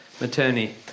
Maternity